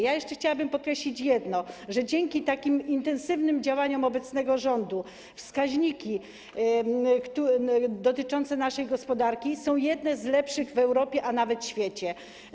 Ja jeszcze chciałabym podkreślić jedno, że dzięki takim intensywnym działaniom obecnego rządu wskaźniki dotyczące naszej gospodarki są jedne z lepszych w Europie, a nawet świecie.